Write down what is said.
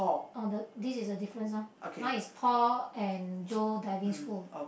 oh the this is the difference ah mine is Paul and Joe Diving School